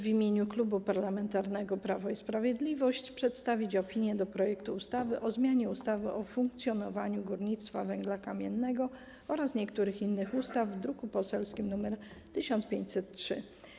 W imieniu Klubu Parlamentarnego Prawo i Sprawiedliwość mam zaszczyt przedstawić opinię do projektu ustawy o zmianie ustawy o funkcjonowaniu górnictwa węgla kamiennego oraz niektórych innych ustaw w druku poselskim nr 1503.